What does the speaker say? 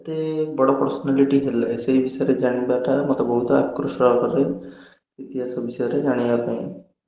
ଏତେ ବଡ଼ ପର୍ସନାଲିଟି ହେଲେ ସେଇ ବିଷୟରେ ଜାଣିବାଟା ମୋତେ ବହୁତ ଆକୃଷ୍ଟ କରେ ଇତିହାସ ବିଷୟରେ ଜାଣିବା ପାଇଁ